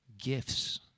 Gifts